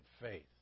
faith